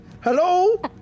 Hello